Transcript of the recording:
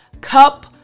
cup